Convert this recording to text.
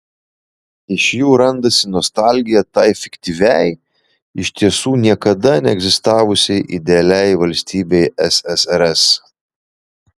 iš jų randasi nostalgija tai fiktyviai iš tiesų niekada neegzistavusiai idealiai valstybei ssrs